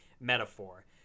metaphor